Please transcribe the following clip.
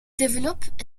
development